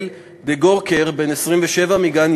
(במיל.) ברק רפאל דגורקר, בן 27, מגן-יבנה,